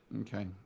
Okay